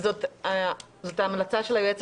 מיקי חיימוביץ'